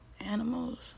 animals